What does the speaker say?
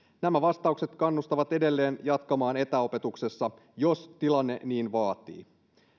nämä vastaukset kannustavat edelleen jatkamaan etäopetuksessa jos tilanne niin vaatii